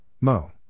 Mo